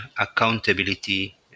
accountability